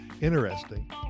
Interesting